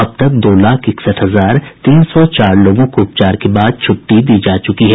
अब तक दो लाख इकसठ हजार तीन सौ चार लोगों को उपचार के बाद छुट्टी दी जा चुकी है